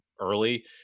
early